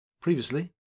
Previously